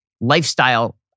lifestyle